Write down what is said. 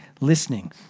listening